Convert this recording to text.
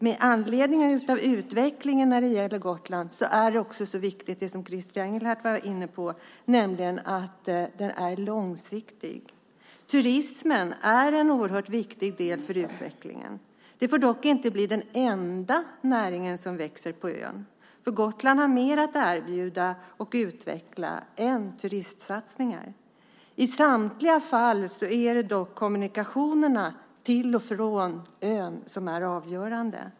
Med anledning av utvecklingen av Gotland är det också så viktigt, det som Christer Engelhardt var inne på, nämligen att det är långsiktigt. Turismen är en oerhört viktig del för utvecklingen. Det får dock inte bli den enda näringen som växer på ön. Gotland har mer att erbjuda och utveckla än turistsatsningar. I samtliga fall är det dock kommunikationerna till och från ön som är avgörande.